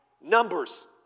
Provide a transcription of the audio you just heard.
Numbers